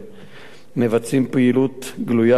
מבצעים פעילות גלויה וסמויה באזור